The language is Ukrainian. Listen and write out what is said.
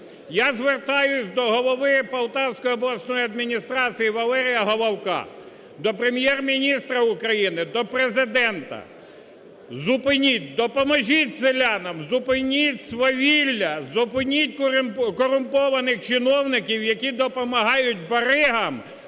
Я звертаюсь до голови Полтавської обласної адміністрації Валерія Головка, до Прем'єр-міністра України, до Президента: зупиніть, допоможіть селянам, зупиніть свавілля, зупиніть корумпованих чиновників, які допомагають баригам